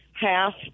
half